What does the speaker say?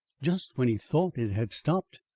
just when he thought it had stopped,